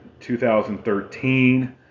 2013